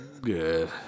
Good